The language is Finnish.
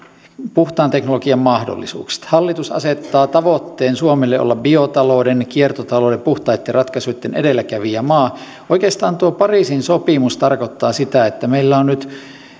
puhtaan teknologian mahdollisuuksista hallitus asettaa tavoitteen suomelle olla biotalouden kiertotalouden puhtaitten ratkaisuitten edelläkävijämaa oikeastaan tuo pariisin sopimus tarkoittaa sitä että meillä on nyt